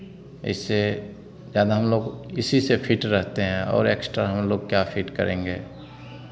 इससे ज़्यादा हम लोग इसी से फ़िट रहते हैं और एक्स्ट्रा हम लोग क्या फ़िट करेंगे